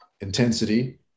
intensity